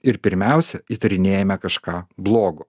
ir pirmiausia įtarinėjame kažką blogo